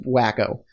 wacko